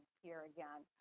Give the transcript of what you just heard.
here again.